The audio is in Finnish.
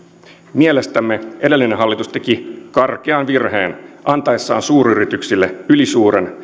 mielestämme edellinen hallitus teki karkean virheen antaessaan suuryrityksille ylisuuren